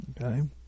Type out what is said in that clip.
Okay